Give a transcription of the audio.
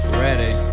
ready